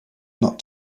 not